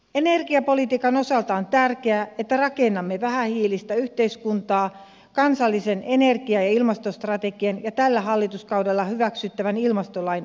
energiapolitiikan osalta on tärkeää että rakennamme vähähiilistä yhteiskuntaa kansallisen energia ja ilmastostrategian ja tällä hallituskaudella hyväksyttävän ilmastolain avulla